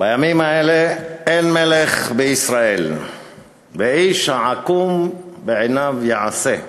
בימים האלה אין מלך בישראל ואיש העקום בעיניו יעשה.